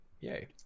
Yay